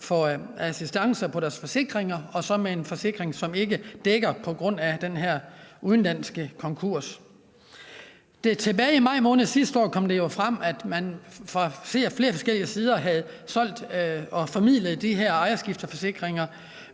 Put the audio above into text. for assistance, da deres forsikring ikke dækker på grund af den her udenlandske konkurs. Tilbage i maj måned sidste år kom det jo frem, at man fra flere forskellige sider havde solgt og formidlet de her ejerskifteforsikringer